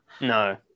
no